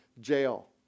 jail